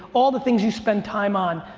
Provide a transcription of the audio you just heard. all the things you spend time on.